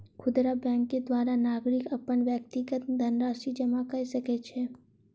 खुदरा बैंक के द्वारा नागरिक अपन व्यक्तिगत धनराशि जमा कय सकै छै